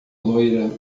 loira